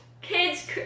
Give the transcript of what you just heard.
kids